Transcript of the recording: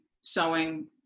sewing